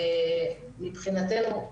מבחינתנו,